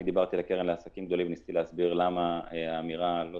אני דיברתי על הקרן לעסקים גדולים,